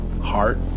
heart